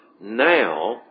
now